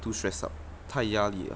too stress up 大压力了